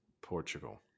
Portugal